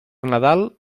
nadal